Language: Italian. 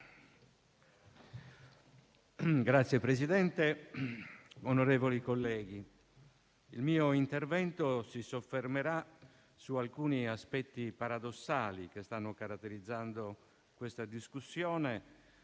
Signor Presidente, onorevoli colleghi, il mio intervento si soffermerà su alcuni aspetti paradossali che stanno caratterizzando questa discussione